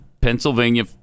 Pennsylvania